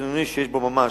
תכנוני שיש בו ממש.